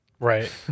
Right